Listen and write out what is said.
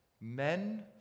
men